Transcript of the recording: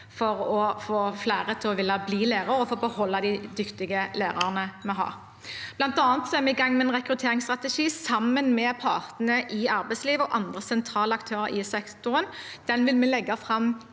for å få flere til å ville bli lærer og for å beholde de dyktige lærerne vi har. Vi er bl.a. i gang med en rekrutteringsstrategi, sammen med partene i arbeidslivet og andre sentrale aktører i sektoren. Den vil vi legge fram